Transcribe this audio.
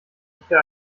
sicher